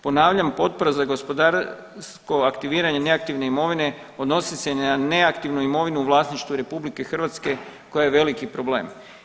Ponavljam, potpora za gospodarsko aktiviranje neaktivne imovine odnosi se i na neaktivnu imovinu u vlasništvu RH koja je veliki problem.